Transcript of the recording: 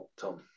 Tom